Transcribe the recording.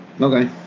Okay